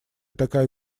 такая